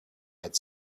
had